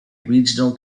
regional